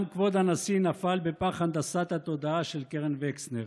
גם כבוד הנשיא נפל בפח הנדסת התודעה של קרן וקסנר,